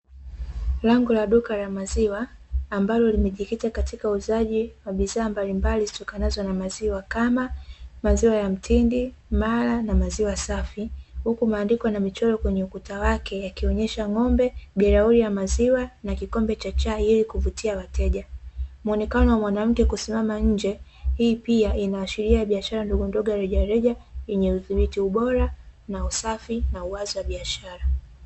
Lango la duka la maziwa ambalo limejikita katika uuzaji wa bidhaa mbalimbali zitokanazo na maziwa kama maziwa ya mtindi, mala na maziwa safi. Huku maandiko na michoro kwenye ukuta wake yakionyesha ng'ombe, bilauri ya maziwa na kikombe cha chai ili kuvutia wateja. Muonekano wa mwanamke kusimama nje hii pia inaashiria biashara ndogondogo ya rejareje yenye uthibiti ubora, na usafi na uwazi wa biashara.